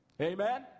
Amen